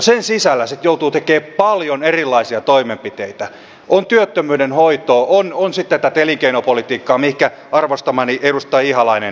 sen sisällä sitten joutuu tekemään paljon erilaisia toimenpiteitä on työttömyyden hoitoa on sitten tätä elinkeinopolitiikkaa mihinkä arvostamani edustaja ihalainen kiinnitti huomiota